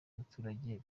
abaturage